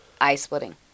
eye-splitting